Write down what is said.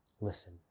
Listen